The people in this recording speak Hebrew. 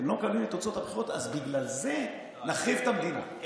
"אתם לא מקבלים את תוצאות הבחירות" אז בגלל זה להחריב את המדינה,